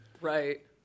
right